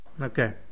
okay